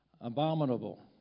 abominable